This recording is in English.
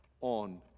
on